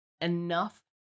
enough